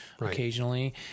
occasionally